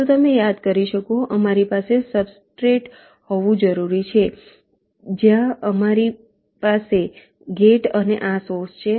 તો તમે યાદ કરી શકો અમારી પાસે સબસ્ટ્રેટ હોવું જરૂરી છે જ્યાં તમારી પાસે ગેટ અને આ સોર્સ છે